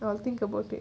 I will think about it